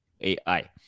ai